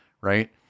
right